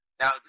Now